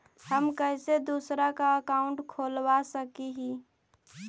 हम कैसे दूसरा का अकाउंट खोलबा सकी ही?